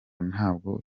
ntabwo